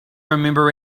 remember